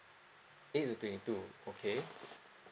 eight to twenty two okay